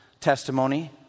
testimony